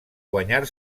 guanyar